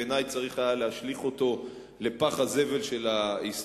בעיני היה צריך להשליך אותו לפח הזבל של ההיסטוריה,